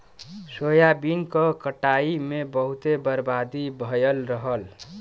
soybean क कटाई में बहुते बर्बादी भयल रहल